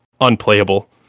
unplayable